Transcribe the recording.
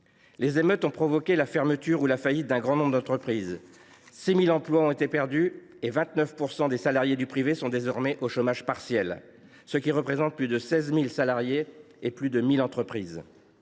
Les émeutes ont provoqué la fermeture ou la faillite d’un grand nombre d’entreprises. 6 000 emplois ont été perdus et 29 % des salariés du privé sont désormais au chômage partiel, ce qui représente plus de 16 000 salariés et plus de 1 000 entreprises.